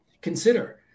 consider